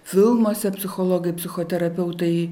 filmuose psichologai psichoterapeutai